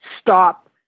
stop